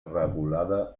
regulada